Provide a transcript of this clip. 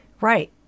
Right